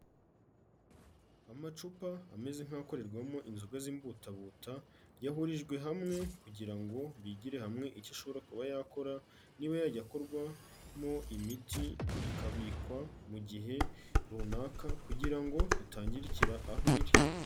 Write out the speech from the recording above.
Amacupa ameze nk'akorerwamo inzoga z'imbutabuta, yahurijwe hamwe kugira ngo bigire hamwe icyo ashobora kuba yakora, niba yajya akorwamo imiti ikabikwa mu gihe runaka kugira ngo itangirikira aho iri.